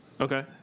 Okay